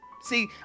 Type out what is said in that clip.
See